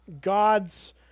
God's